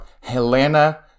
Helena